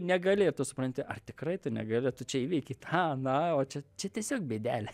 negali tu supranti ar tikrai tu negali čia įveikei tą aną o čia čia tiesiog bėdelė